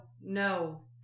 no